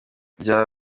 rya